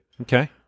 Okay